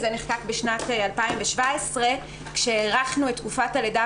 נחקק בשנת 2017 כשהארכנו את תקופת הלידה